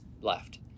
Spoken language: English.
left